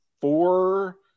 four